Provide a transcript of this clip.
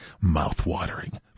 mouth-watering